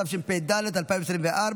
התשפ"ד 2024,